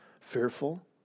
fearful